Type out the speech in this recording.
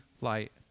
light